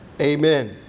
Amen